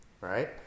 right